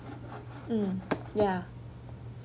mm ya